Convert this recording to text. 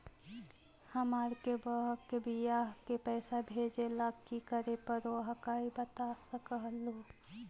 हमार के बह्र के बियाह के पैसा भेजे ला की करे परो हकाई बता सकलुहा?